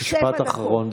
משפט אחרון,